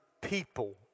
people